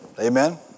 Amen